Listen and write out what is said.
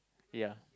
yeah